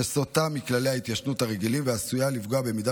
שסוטה מכללי ההתיישנות הרגילים ועשויה לפגוע במידה